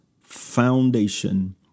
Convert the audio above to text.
foundation